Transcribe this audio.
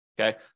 okay